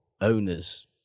owners